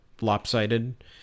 lopsided